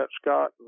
scott